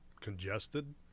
congested